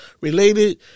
related